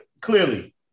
clearly